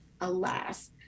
alas